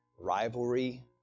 rivalry